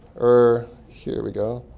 or here we go,